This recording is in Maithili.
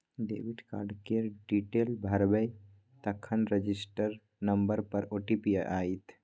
डेबिट कार्ड केर डिटेल भरबै तखन रजिस्टर नंबर पर ओ.टी.पी आएत